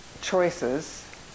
choices